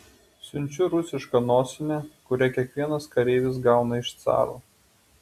siunčiu rusišką nosinę kurią kiekvienas kareivis gauna iš caro